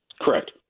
Correct